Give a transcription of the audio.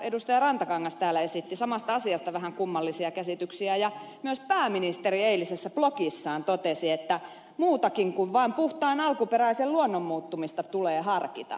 rantakangas täällä esitti samasta asiasta vähän kummallisia käsityksiä ja myös pääministeri eilisessä blogissaan totesi että muutakin kuin vaan puhtaan alkuperäisen luonnon muuttumista tulee harkita